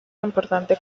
importante